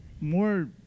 more